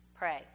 Pray